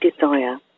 desire